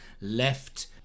left